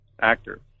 actor